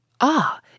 Ah